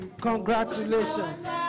congratulations